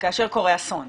כאשר קורה אסון.